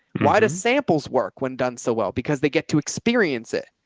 why does samples work when done so well, because they get to experience it.